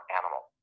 animal